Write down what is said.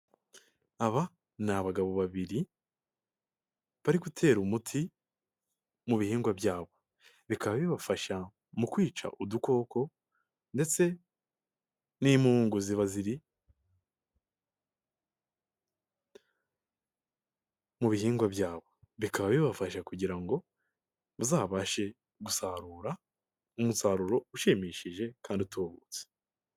Aba n'abagabo babiri bari gutera umuti mu bihingwa byabo, bikaba bibafasha mu kwica udukoko ndetse n'impungu ziba ziri mu bihingwa byabo, bikaba bibafasha kugira ngo bazabashe gusarura umusaruro ushimishije kandi utubutse.